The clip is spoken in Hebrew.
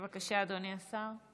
בבקשה, אדוני השר.